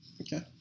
okay